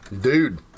dude